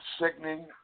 sickening